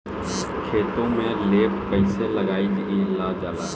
खेतो में लेप कईसे लगाई ल जाला?